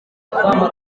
amerika